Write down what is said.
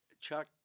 Chuck